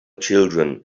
children